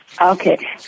Okay